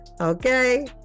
okay